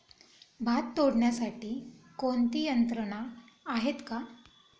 भात तोडण्यासाठी कोणती यंत्रणा आहेत का?